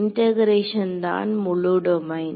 integration தான் முழு domain